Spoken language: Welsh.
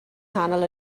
nghanol